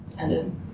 ended